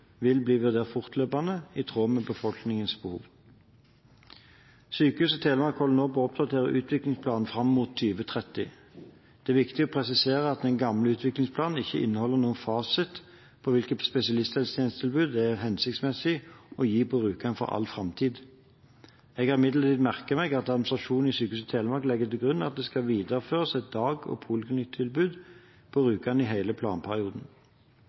vil bli vurdert fortløpende, i tråd med befolkningens behov. Sykehuset Telemark holder nå på å oppdatere utviklingsplanen fram mot 2030. Det er viktig å presisere at den gamle utviklingsplanen ikke inneholder noen fasit for hvilket spesialisthelsetjenestetilbud det er hensiktsmessig å gi på Rjukan for all framtid. Jeg har imidlertid merket meg at administrasjonen i Sykehuset Telemark legger til grunn at det skal videreføres et dag- og poliklinikktilbud på Rjukan i hele planperioden.